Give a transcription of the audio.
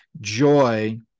joy